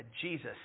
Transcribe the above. Jesus